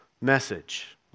message